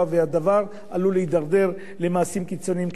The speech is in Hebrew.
והדבר עלול להתדרדר למעשים קיצוניים כאלה,